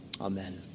Amen